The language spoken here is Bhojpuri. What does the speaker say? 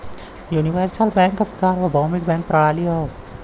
यूनिवर्सल बैंक सार्वभौमिक बैंक प्रणाली हौ